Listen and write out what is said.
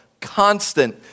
constant